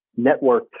networked